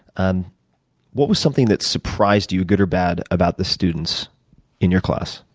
and what was something that surprised you, good or bad, about the students in your class?